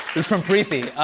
is from preeti.